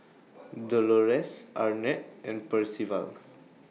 Dolores Arnett and Percival